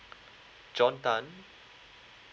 john tan